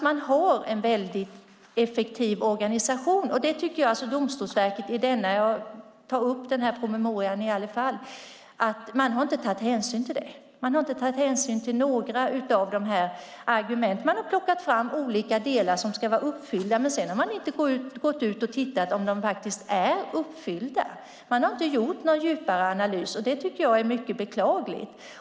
Man har alltså en effektiv organisation. Domstolsverket har inte tagit hänsyn till detta i sin promemoria - nu tar jag upp den i alla fall. Man har inte tagit hänsyn till några av argumenten. Man har plockat fram olika delar som ska vara uppfyllda, men sedan har man inte gått ut och tittat om de faktiskt är det. Man har inte gjort någon djupare analys, och det tycker jag är mycket beklagligt.